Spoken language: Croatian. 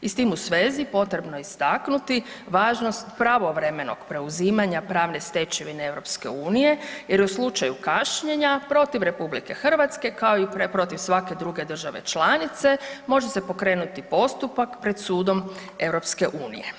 I s tim u svezi potrebno je istaknuti važnost pravovremenog preuzimanja pravne stečevine EU jer u slučaju kašnjenja protiv RH kao i protiv svake druge države članice može se pokrenuti postupak pred sudom EU.